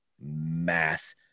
mass